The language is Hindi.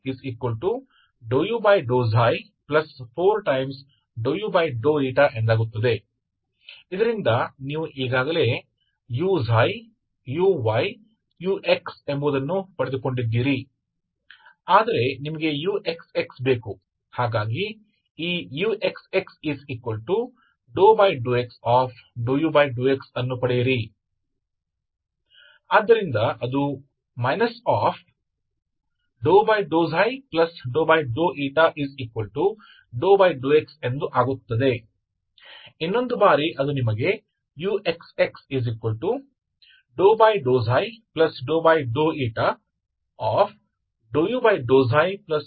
तो इससे आपको पहले से ही वह मिल गया है जो u uy ux है लेकिन आपको uxxकी आवश्यकता है इसलिए uxx प्राप्त करने के लिए इस uxx को देखें कि आपको क्या मिलता है यदि आप यह चाहते हैं कि uxx ∂x∂u∂xहै तो यदि आप इसे लागू करते हैं तो क्या बस आप को अनदेखा करने के लिए ∂x है